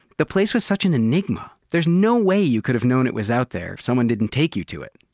the place was such an enigma. there's no way you could have known it was out there if someone didn't take you to it.